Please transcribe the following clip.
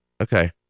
Okay